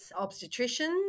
obstetricians